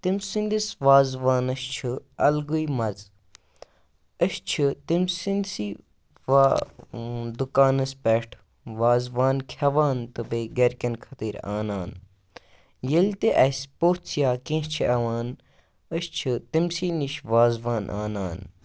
تٔمۍ سٕنٛدِس وازوانَس چھُ اَلگٕے مَزٕ أسۍ چھِ تٔمۍ سٕنٛدۍسٕے وا دُکانَس پٮ۪ٹھ وازوان کھٮ۪وان تہٕ بیٚیہِ گَرِکٮ۪ن خٲطر آنان ییٚلہِ تہِ اَسہِ پوٚژھ یا کینٛہہ چھِ یِوان أسۍ چھِ تٔمۍ سی نِش وازوان آنان